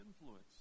influence